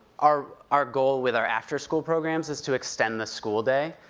our our goal with our after school programs is to extend the school day.